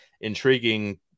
intriguing